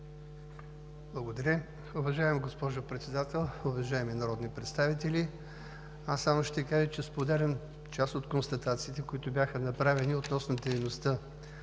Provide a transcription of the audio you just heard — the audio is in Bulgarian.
Благодаря. Уважаема госпожо Председател, уважаеми народни представители! Аз само ще кажа, че споделям част от констатациите, които бяха направени относно дейността